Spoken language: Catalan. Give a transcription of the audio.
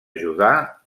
judà